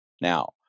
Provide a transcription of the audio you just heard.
Now